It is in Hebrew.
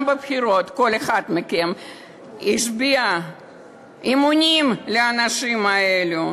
גם בבחירות כל אחד מכם הביע אמונים לאנשים האלה,